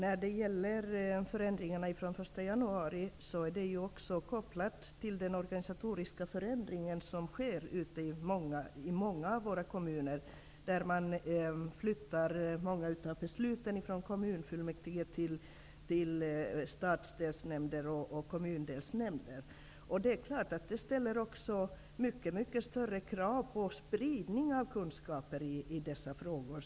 Fru talman! Förändringarna som skall börja gälla fr.o.m. den 1 januari är också kopplade till den organisatoriska förändring som sker i många av våra kommuner. Många beslut skall fattas i stadsdelsnämnder och kommundelsnämnder i stället för i kommunfullmäktige. Det ställer naturligtvis större krav på spridning av kunskaper i dessa frågor.